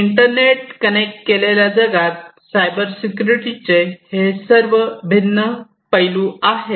internet connect केलेल्या जगात cyber सिक्युरिटीचे हे सर्व भिन्न पैलू आहेत